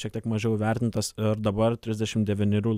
šiek tiek mažiau vertintas ir dabar trisdešimt devynerių